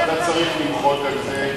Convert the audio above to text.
ואתה צריך למחות על זה,